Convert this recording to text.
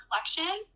reflection